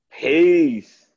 Peace